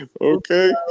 Okay